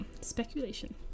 speculation